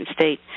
state